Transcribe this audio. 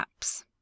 apps